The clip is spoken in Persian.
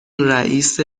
رئیس